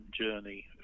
journey